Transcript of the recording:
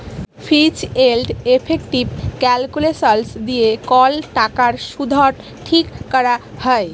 ফিজ এলড ইফেকটিভ ক্যালকুলেসলস দিয়ে কল টাকার শুধট ঠিক ক্যরা হ্যয়